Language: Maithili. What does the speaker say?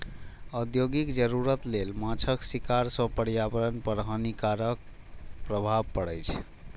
औद्योगिक जरूरत लेल माछक शिकार सं पर्यावरण पर हानिकारक प्रभाव पड़ै छै